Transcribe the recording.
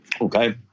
Okay